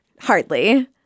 Hardly